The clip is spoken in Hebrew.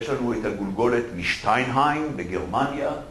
יש לנו את הגולגולת משטיינהיים בגרמניה